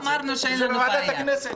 זה בוועדת הכנסת.